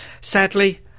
sadly